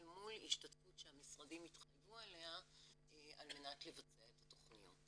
אל מול השתתפות שהמשרדים התחייבו אליה על מנת לבצע את התכניות.